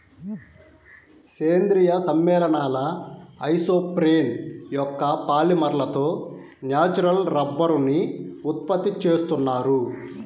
సేంద్రీయ సమ్మేళనాల ఐసోప్రేన్ యొక్క పాలిమర్లతో న్యాచురల్ రబ్బరుని ఉత్పత్తి చేస్తున్నారు